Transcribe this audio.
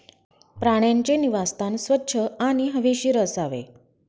प्राण्यांचे निवासस्थान स्वच्छ आणि हवेशीर असावे